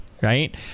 right